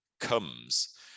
comes